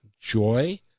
joy